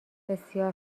بسیار